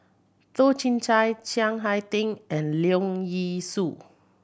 Toh Chin Chye Chiang Hai Ding and Leong Yee Soo